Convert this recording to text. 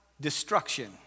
destruction